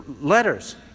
letters